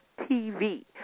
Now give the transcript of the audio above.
TV